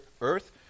earth